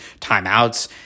timeouts